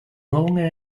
longer